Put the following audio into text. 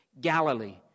Galilee